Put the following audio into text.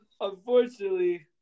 unfortunately